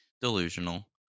delusional